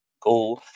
Go